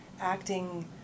acting